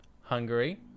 Hungary